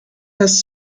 has